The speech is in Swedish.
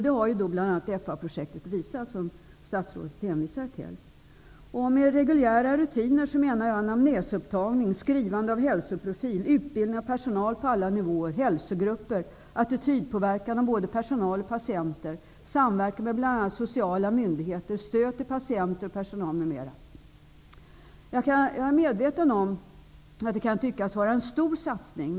Det har bl.a. FA-projektet visat, som statsrådet hänvisade till. Med reguljära rutiner menar jag anamnesupptagning, skrivande av hälsoprofil, utbildning av personal på alla nivåer, hälsogrupper, attitydpåverkan beträffande både personal och patienter, samverkan med bl.a. sociala myndigheter, stöd till patienter och personal m.m. Jag är medveten om att det kan tyckas vara en stor satsning.